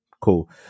Cool